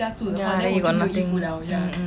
ya then you got nothing left mmhmm